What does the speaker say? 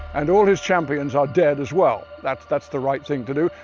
and all his champions are dead as well. that's that's the right thing to do.